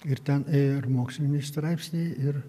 ir ten ir moksliniai straipsniai ir